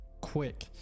quick